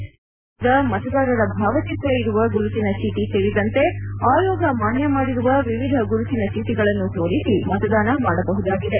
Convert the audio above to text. ಚುನಾವಣಾ ಆಯೋಗ ನೀಡಿದ ಮತದಾರರ ಭಾವಚಿತ್ರ ಇರುವ ಗುರುತಿನ ಚೀಟಿ ಸೇರಿದಂತೆ ಆಯೋಗ ಮಾನ್ನ ಮಾಡಿರುವ ವಿವಿಧ ಗುರುತಿನ ಚೀಟಿಗಳನ್ನು ತೋರಿಸಿ ಮತದಾನ ಮಾಡಬಹುದಾಗಿದೆ